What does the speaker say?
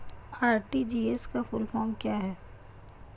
RTGS का full form क्या है?